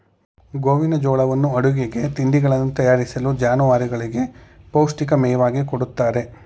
ಗೋವಿನಜೋಳವನ್ನು ಅಡುಗೆಗೆ, ತಿಂಡಿಗಳನ್ನು ತಯಾರಿಸಲು, ಜಾನುವಾರುಗಳಿಗೆ ಪೌಷ್ಟಿಕ ಮೇವಾಗಿ ಕೊಡುತ್ತಾರೆ